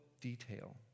detail